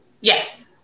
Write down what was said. Yes